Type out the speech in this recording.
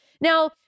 Now